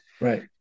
right